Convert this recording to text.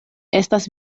estas